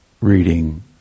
reading